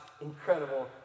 incredible